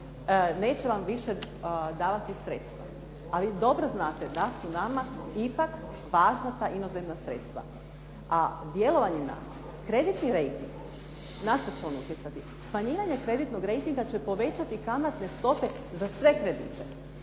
neće vam više davati sredstva, a vi dobro znate da su nama ipak važna ta inozemna sredstva. A djelovanje na kreditni rejting, na što će on utjecati? Smanjivanje kreditnog rejtinga će povećati kamatne stope za sve kredite.